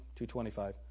225